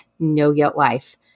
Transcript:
NoGuiltLife